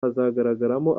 hazagaragaramo